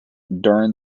during